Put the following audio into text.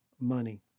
money